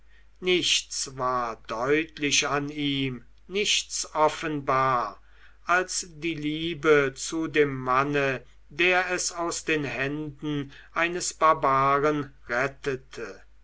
nichts war deutlich an ihm nichts offenbar als die liebe zu dem manne der es aus den händen eines barbaren rettete